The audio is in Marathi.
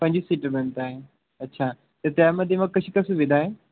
पंचवीस सीटरपर्यंत आहे अच्छा तर त्यामध्ये मग कशी काय सुविधा आहे